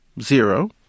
zero